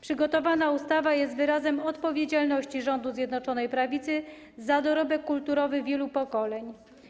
Przygotowana ustawa jest wyrazem odpowiedzialności rządu Zjednoczonej Prawicy za dorobek kulturowy wielu pokoleń.